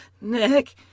Nick